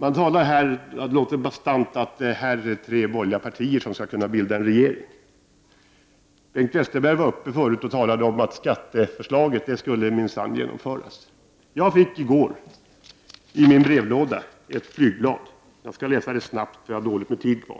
Det låter bastant när man talar om att här finns tre borgerliga partier som skall kunna bilda en regering. Bengt Westerberg talade förut om att skatteförslaget minsann skulle genomföras. Men jag fick i går i min brevlåda ett flygblad som jag skall läsa upp: